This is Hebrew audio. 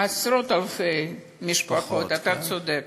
עשרות-אלפי משפחות, אתה צודק.